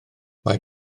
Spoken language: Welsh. mae